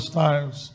times